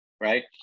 right